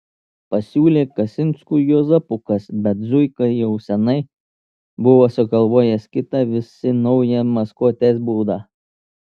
pasiūlė kasinskų juozapukas bet zuika jau seniai buvo sugalvojęs kitą visi naują maskuotės būdą